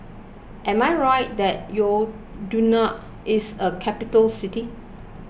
am I right that you do not is a capital city